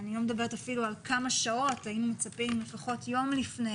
אני לא מדברת אפילו על כמה שעות והיינו מצפים לקבל את החומר יום לפני